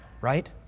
right